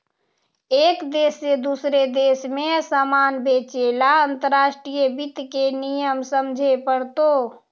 एक देश से दूसरे देश में सामान बेचे ला अंतर्राष्ट्रीय वित्त के नियम समझे पड़तो